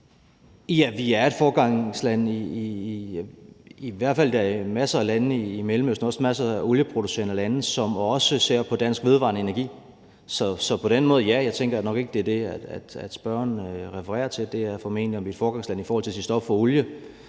Ja, vi er et foregangsland, i hvert fald er der masser af lande i Mellemøsten, også masser af olieproducerende lande, som ser på dansk vedvarende energi. Så på den måde ja. Jeg tænker nok ikke, det er det spørgeren refererer til. Det er formentlig, om vi er et foregangsland i forhold til at sige stop for olie.